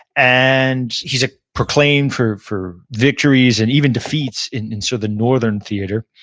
and he's ah proclaimed for for victories, and even defeats, in so the northern theater